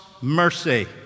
mercy